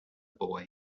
boy